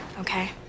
okay